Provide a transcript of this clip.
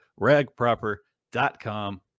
ragproper.com